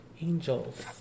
angels